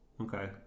Okay